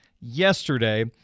yesterday